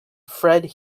fred